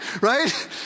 Right